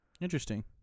Interesting